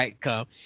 come